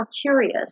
curious